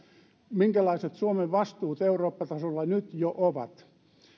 minkälaiset suomen vastuut eurooppa tasolla nyt jo ovat